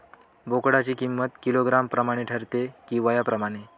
बोकडाची किंमत किलोग्रॅम प्रमाणे ठरते कि वयाप्रमाणे?